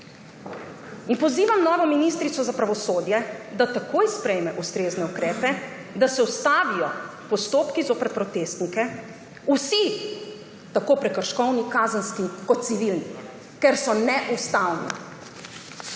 Pozivam novo ministrico za pravosodje, da takoj sprejme ustrezne ukrepe, da se ustavijo postopki zoper protestnike, vsi, tako prekrškovni, kazenski kot civilni. Ker so neustavni.